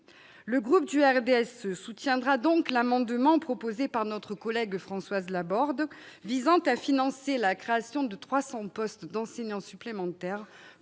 Le groupe du RDSE soutiendra donc l'amendement proposé par notre collègue Françoise Laborde visant à financer la création de 300 postes d'enseignants supplémentaires